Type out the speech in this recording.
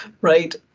right